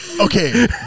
okay